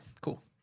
cool